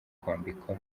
kwambikwa